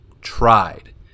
tried